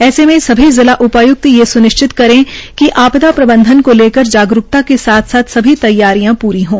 ऐसे में सभी जिला उपाय्क्त यह सुनिश्चित करें कि आपदा प्रबंधन को लेकर जागरूकता के साथ साथ सभी तैयारियां पूरी हों